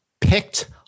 picked